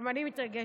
גם אני מתרגשת,